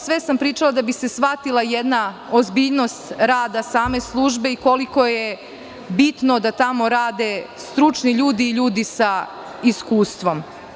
Sve ovo sam pričala da bi se shvatila jedna ozbiljnost rada same službe i koliko je bitno da tamo rade stručni ljudi i ljudi sa iskustvom.